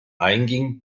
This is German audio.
einging